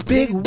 Big